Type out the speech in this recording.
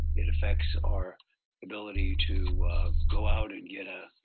it affects our ability to go out and get a